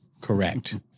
Correct